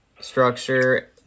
structure